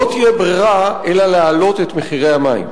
לא תהיה ברירה אלא להעלות את מחירי המים,